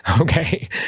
Okay